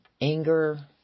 anger